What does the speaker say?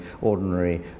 ordinary